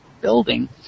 building